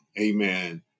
amen